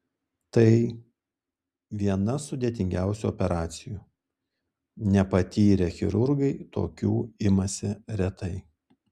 tai viena sudėtingiausių operacijų nepatyrę chirurgai tokių imasi retai